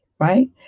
Right